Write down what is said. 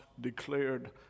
declared